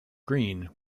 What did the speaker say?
green